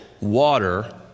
water